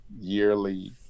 yearly